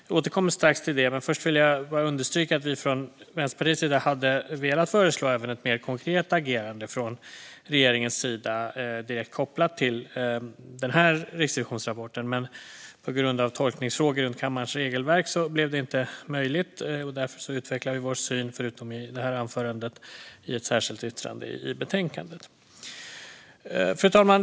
Jag återkommer strax till det, men först vill jag understryka att vi från Vänsterpartiets sida hade velat föreslå ett mer konkret agerande från regeringens sida, direkt kopplat till den här riksrevisionsrapporten, men på grund av tolkningsfrågor gällande kammarens regelverk blev det inte möjligt. Därför utvecklar vi vår syn, förutom i det här anförandet, i ett särskilt yttrande i betänkandet. Fru talman!